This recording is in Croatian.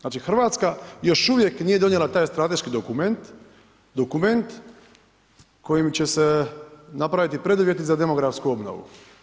Znači Hrvatska još uvijek nije donijela taj strateški dokument, dokument kojim će se napraviti preduvjeti za demografsku obnovu.